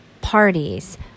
parties